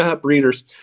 Breeders